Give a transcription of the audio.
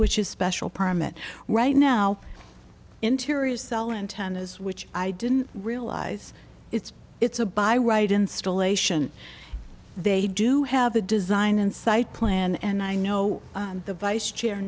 which is special permit right now interior cell antennas which i didn't realize it's it's a by right installation they do have a design and site plan and i know the vice chair